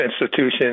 institutions